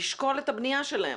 לשקול את הבנייה שלהן.